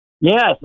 Yes